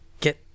get